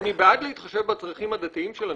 אני בעד להתחשב בצרכים הדתיים של אנשים,